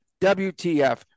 WTF